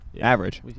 Average